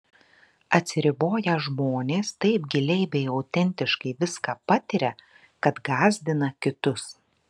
atsiriboję žmonės taip giliai bei autentiškai viską patiria kad gąsdina kitus